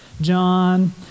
John